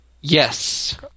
Yes